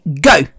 go